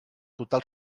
total